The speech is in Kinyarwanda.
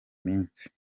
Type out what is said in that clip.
minsi